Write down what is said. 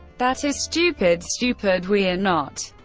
that is stupid, stupid we are not.